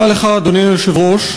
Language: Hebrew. אדוני היושב-ראש,